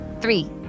three